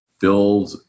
build